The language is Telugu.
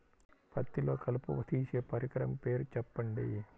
పత్తిలో కలుపు తీసే పరికరము పేరు చెప్పండి